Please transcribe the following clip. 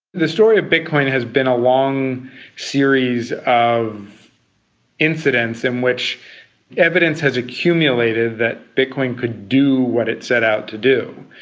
the story of the bitcoin has been a long series of incidents in which evidence has accumulated that bitcoin could do what it set out to do.